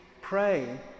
pray